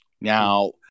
Now